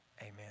Amen